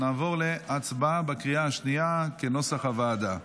נעבור להצבעה בקריאה השנייה, כנוסח הוועדה.